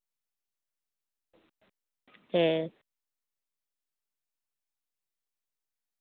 ᱦᱮᱸ